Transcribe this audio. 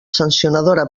sancionadora